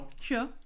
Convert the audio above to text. Sure